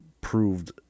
proved